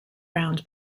round